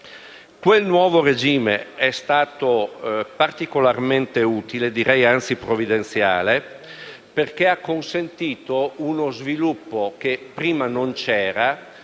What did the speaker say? Quel nuovo regime è stato particolarmente utile, direi anzi provvidenziale, perché ha consentito uno sviluppo, che prima non c'era,